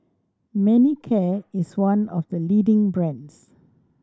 Manicare is one of the leading brands